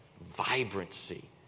vibrancy